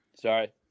Sorry